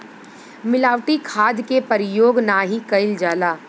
मिलावटी खाद के परयोग नाही कईल जाला